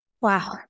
Wow